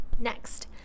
Next